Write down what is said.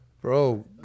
Bro